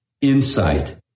Insight